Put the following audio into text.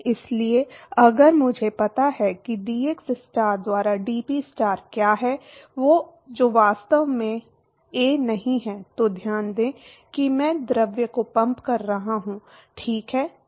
इसलिए अगर मुझे पता है कि dxstar द्वारा dPstar क्या है जो वास्तव में a नहीं है तो ध्यान दें कि मैं द्रव को पंप कर रहा हूं ठीक है